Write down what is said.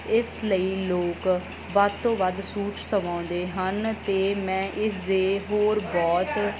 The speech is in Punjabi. ਇਸ ਲਈ ਲੋਕ ਵੱਧ ਤੋਂ ਵੱਧ ਸੂਟ ਸਵਾਉਂਦੇ ਹਨ ਅਤੇ ਮੈਂ ਇਸ ਦੇ ਹੋਰ ਬਹੁਤ